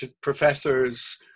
professors